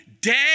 dead